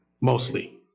mostly